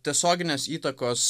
tiesioginės įtakos